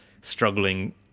struggling